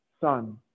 son